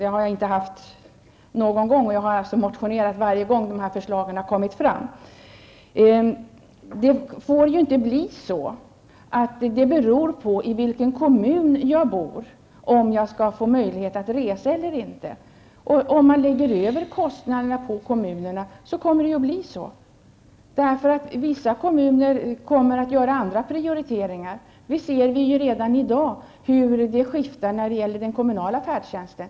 Det har jag inte trott någon gång, och jag har alltså motionerat varje gång dessa förslag lagts fram. Det får ju inte bero på i vilken kommun jag bor om jag skall få möjlighet att resa eller inte. Om man lägger över kostnaderna på kommunerna, så kommer det att bli så. Vissa kommuner kommer att göra andra prioriteringar. Vi ser ju redan i dag hur det skiftar när det gäller den kommunala färdtjänsten.